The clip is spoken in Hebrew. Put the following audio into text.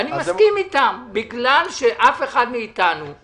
אני מסכים איתם, בגלל שאף אחד מאתנו לא